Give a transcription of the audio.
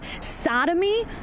sodomy